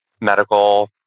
Medical